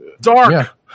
dark